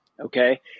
Okay